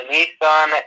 Nissan